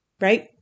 right